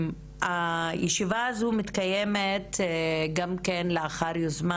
הישיבה הזו מתקיימת גם כן לאחר יוזמה